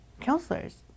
counselors